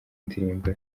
ndirimbo